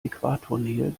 äquatornähe